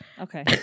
okay